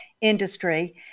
industry